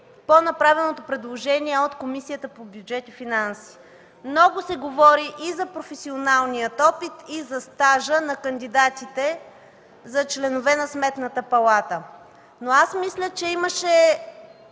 направеното предложение по чл. 5 от Комисията по бюджет и финанси. Много се говори и за професионалния опит, и за стажа на кандидатите за членове на Сметната палата, но мисля, че имаше